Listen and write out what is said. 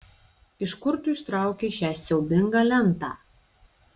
iš kur tu ištraukei šią siaubingą lentą